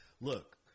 look